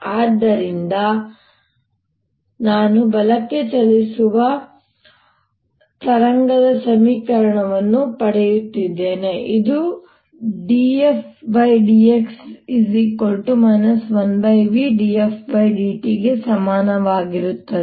ಆದ್ದರಿಂದ ನಾನು ಬಲಕ್ಕೆ ಚಲಿಸುವ ತರಂಗಕ್ಕೆ ಸಮೀಕರಣವನ್ನು ಪಡೆದುಕೊಂಡಿದ್ದೇನೆ ಇದು ∂f∂x 1v∂f∂t ಗೆ ಸಮಾನವಾಗಿರುತ್ತದೆ ಅಥವಾ ಎಡಕ್ಕೆ ಚಲಿಸುವ ತರಂಗಕ್ಕೆ ∂f∂x 1v∂∂t ಗೆ ಸಮಾನವಾಗಿರುತ್ತದೆ